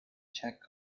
check